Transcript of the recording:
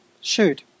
shoot